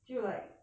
只有 like